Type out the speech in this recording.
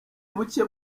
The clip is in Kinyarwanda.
buke